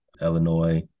Illinois